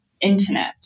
internet